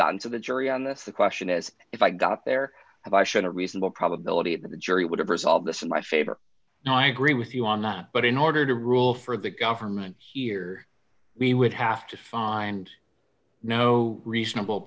gotten to the jury on this the question is if i got there have i shown a reasonable probability that the jury would have resolved this in my favor i agree with you on that but in order to rule for the government here we would have to find no reasonable